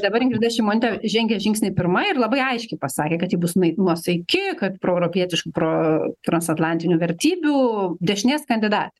dabar ingrida šimonytė žengė žingsnį pirma ir labai aiškiai pasakė kad ji bus na nuosaiki kad proeuropietišk pro transatlantinių vertybių dešinės kandidatė